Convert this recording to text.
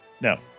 No